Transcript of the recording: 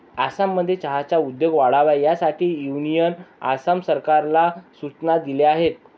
आसाममध्ये चहाचा उद्योग वाढावा यासाठी युनियनने आसाम सरकारला सूचना दिल्या आहेत